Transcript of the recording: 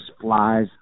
flies